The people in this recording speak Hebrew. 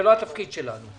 זה לא התפקיד שלנו.